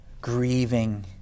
grieving